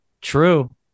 True